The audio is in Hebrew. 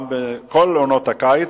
גם בכל עונת הקיץ.